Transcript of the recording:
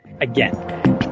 again